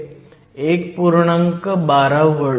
12 vault